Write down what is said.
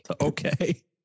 okay